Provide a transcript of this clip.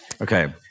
Okay